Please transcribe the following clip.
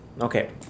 Okay